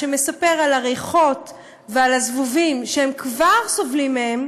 שמספר על הריחות ועל הזבובים שהם כבר סובלים מהם,